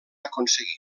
aconseguir